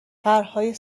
طرحهای